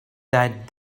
that